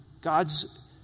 God's